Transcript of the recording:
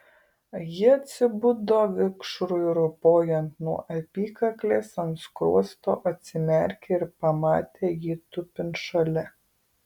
ji atsibudo vikšrui ropojant nuo apykaklės ant skruosto atsimerkė ir pamatė jį tupint šalia